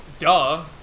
Duh